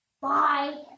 Bye